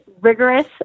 rigorous